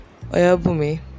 oyabumi